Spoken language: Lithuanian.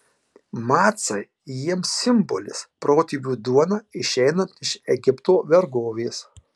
macai jiems simbolis protėvių duona išeinant iš egipto vergovės